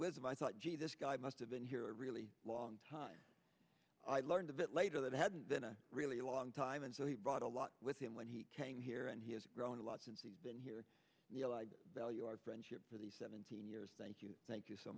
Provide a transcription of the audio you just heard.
wisdom i thought gee this guy must have been here a really long time i learned of it later that hadn't been a really long time and so he brought a lot with him when he came here and he has grown a lot since he's been here neal i value our friendship for the seventeen years thank you thank you so